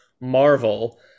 marvel